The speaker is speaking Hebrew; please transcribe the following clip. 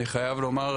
אני חייב לומר,